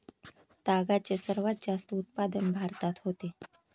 तागाचे सर्वात जास्त उत्पादन भारतात होते